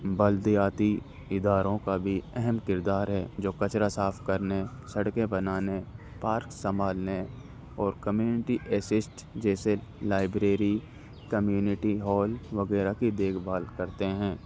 بدلتی اداروں کا بھی اہم کردار ہے جو کچرا صاف کرنے سڑکیں بنانے پارک سنبھالنے اور کمیونٹی ایسسٹ جیسے لائبریری کمیونٹی ہال وغیرہ کی دیکھ بھال کرتے ہیں